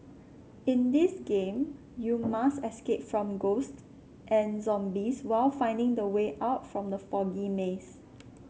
in this game you must escape from ghosts and zombies while finding the way out from the foggy maze